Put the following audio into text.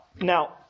Now